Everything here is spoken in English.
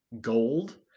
gold